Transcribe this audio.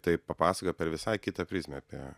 tai papasakojo per visai kitą prizmę apie